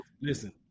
listen